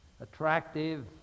attractive